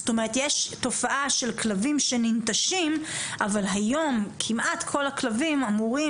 זאת אומרת יש תופעה של כלבים שננטשים אבל היום כמעט כל הכלבים אמורים,